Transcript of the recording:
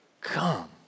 Come